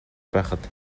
байхад